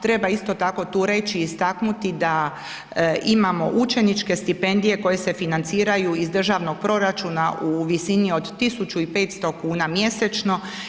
Treba isto tako, tu reći, istaknuti da imamo učeničke stipendije koje se financiraju iz državnog proračuna u visini od 1500 kn/mj.